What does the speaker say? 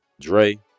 Dre